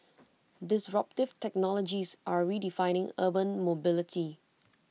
disruptive technologies are redefining urban mobility